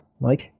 Mike